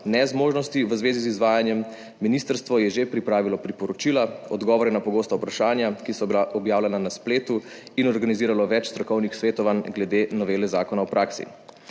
nezmožnosti v zvezi z izvajanjem. Ministrstvo je že pripravilo priporočila, odgovore na pogosta vprašanja, ki so bila objavljena na spletu in organiziralo več strokovnih svetovanj glede novele zakona v praksi.